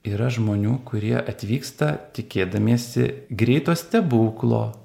yra žmonių kurie atvyksta tikėdamiesi greito stebuklo